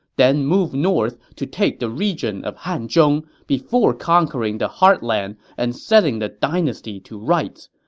then move north to take the region of hanzhong, before conquering the heartland and setting the dynasty to rights.